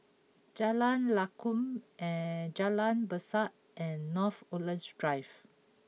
Jalan Lakum Jalan Berseh and North Woodlands Drive